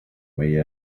way